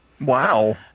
Wow